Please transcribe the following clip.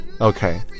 Okay